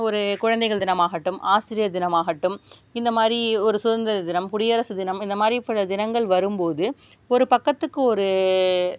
ஒரு குழந்தைகள் தினமாகட்டும் ஆசிரியர் தினமாகட்டும் இந்த மாதிரி ஒரு சுதந்திர தினம் குடியரசு தினம் இந்த மாதிரி பல தினங்கள் வரும்போது ஒரு பக்கத்துக்கு ஒரு